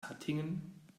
hattingen